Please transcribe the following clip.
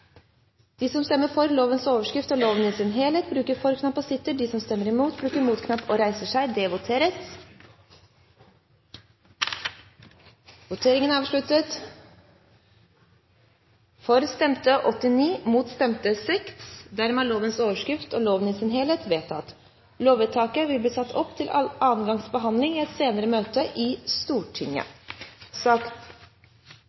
stemmer for lovens overskrift og loven i sin helhet og 6 stemmer imot. President, jeg trykket på knappen, men det kom ikke noe opp her. Jeg er veldig for denne loven. Det vet presidenten. Vi tar ny votering. Lovvedtaket vil bli satt opp til andre gangs behandling i et senere møte i Stortinget.